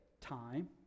time